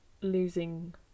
losing